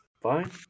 fine